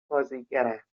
بازیگرم